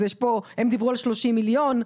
הם דיברו על 30 מיליון.